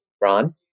Ron